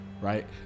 right